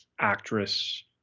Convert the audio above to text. actress